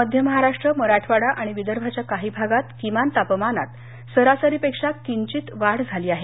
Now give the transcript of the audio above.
मध्य महाराष्ट्र मराठवाडा आणि विदर्भाच्या काही भागात किमान तापमानात सरासरीपेक्षा किंचित वाढ झाली आहे